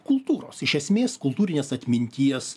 kultūros iš esmės kultūrinės atminties